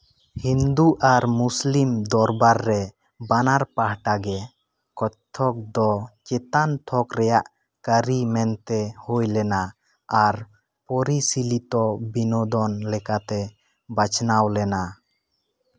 ᱦᱤᱱᱫᱩ ᱟᱨ ᱢᱩᱥᱞᱤᱢ ᱫᱚᱨᱵᱟᱨ ᱨᱮ ᱵᱟᱱᱟᱨ ᱯᱟᱦᱴᱟ ᱜᱮ ᱠᱚᱛᱛᱷᱚᱠ ᱫᱚ ᱪᱮᱛᱟᱱ ᱛᱷᱚᱞ ᱨᱮᱭᱟᱜ ᱠᱟᱹᱨᱤ ᱢᱮᱱ ᱛᱮ ᱦᱩᱭ ᱞᱮᱱᱟ ᱟᱨ ᱯᱚᱨᱤᱥᱮᱞᱤᱛᱚ ᱵᱤᱱᱳᱫᱚᱱ ᱞᱮᱠᱟᱛᱮ ᱵᱟᱪᱷᱱᱟᱣ ᱞᱮᱱᱟ